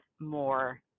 more